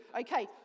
Okay